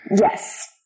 Yes